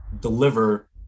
deliver